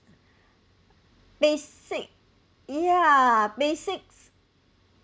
basic ya basics